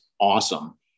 awesome